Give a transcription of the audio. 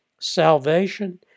Salvation